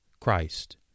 Christ